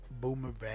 boomerang